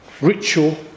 ritual